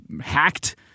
hacked